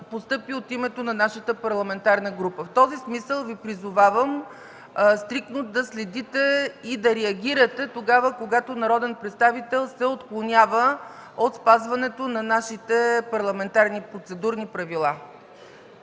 от името на нашата парламентарна група. В този смисъл Ви призовавам стриктно да следите и да реагирате, когато народен представител се отклонява от спазването на нашите парламентарни процедурни правила.